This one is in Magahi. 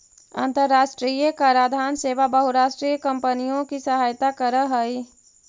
अन्तराष्ट्रिय कराधान सेवा बहुराष्ट्रीय कॉम्पनियों की सहायता करअ हई